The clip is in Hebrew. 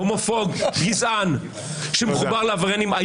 הומופוב, גזען, שמחובר לעבריינים.